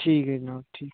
ठीक ऐ जनाब ठीक ऐ